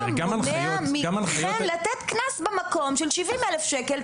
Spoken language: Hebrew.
מה מונע מחן לתת קנס במקום של 70,000 שקל?